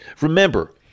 remember